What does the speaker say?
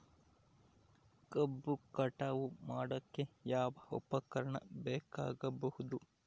ಕಬ್ಬು ಕಟಾವು ಮಾಡೋಕೆ ಯಾವ ಉಪಕರಣ ಬೇಕಾಗಬಹುದು?